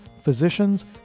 physicians